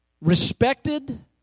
respected